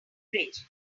bridge